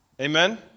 Amen